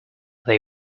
they